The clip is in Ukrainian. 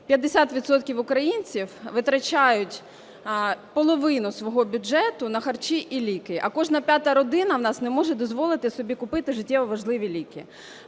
українців витрачають половину свого бюджету на харчі і ліки, а кожна п'ята родина у нас не може дозволити собі купити життєво важливі ліки.